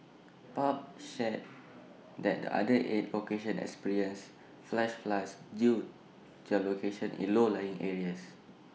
pub shared that the other eight locations experience flash floods due their locations in low lying areas